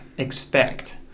expect